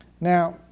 Now